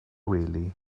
wely